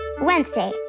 Wednesday